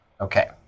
Okay